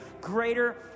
greater